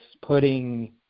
putting